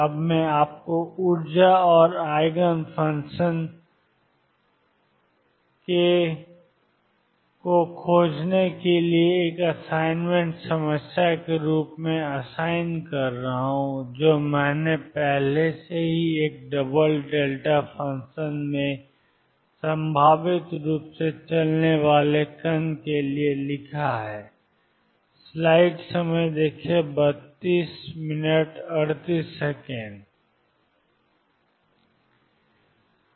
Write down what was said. अब मैं आपको ऊर्जा और आइगन फंक्शन वास्तव में आइगन फंक्शन खोजने के लिए एक असाइनमेंट समस्या के रूप में असाइन कर रहा हूं जो मैंने पहले से ही एक डबल डेल्टा फ़ंक्शन में संभावित रूप से चलने वाले कण के लिए लिखा है